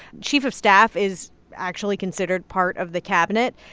chief of staff is actually considered part of the cabinet,